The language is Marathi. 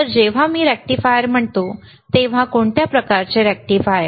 तर जेव्हा मी रेक्टिफायर म्हणतो तेव्हा कोणत्या प्रकारचे रेक्टिफायर